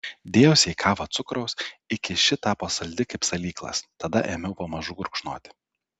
dėjausi į kavą cukraus iki ši tapo saldi kaip salyklas tada ėmiau pamažu gurkšnoti